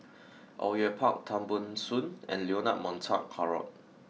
Au Yue Pak Tan Ban Soon and Leonard Montague Harrod